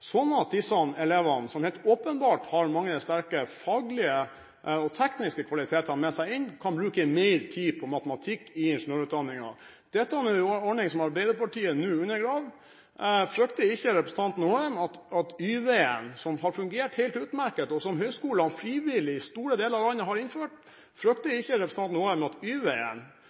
sånn at disse elevene, som helt åpenbart har mange sterke faglige og tekniske kvaliteter med seg inn, kan bruke mer tid på matematikk i ingeniørutdanningen. Dette er en ordning som Arbeiderpartiet nå undergraver. Frykter ikke representanten Håheim at Y-veien, som har fungert helt utmerket, og som høyskolene i store deler av landet frivillig har innført, nå blir undergravd, og at